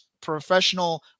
professional